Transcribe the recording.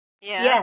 Yes